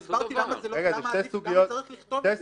והסברתי למה צריך לכתוב את זה,